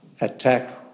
attack